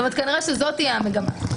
כנראה שזאת תהיה המגמה.